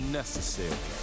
necessary